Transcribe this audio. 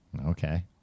Okay